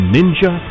Ninja